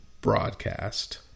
broadcast